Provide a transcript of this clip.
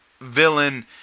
villain